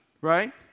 right